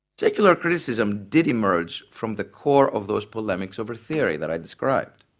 secular criticism did emerge from the core of those polemics over theory that i described.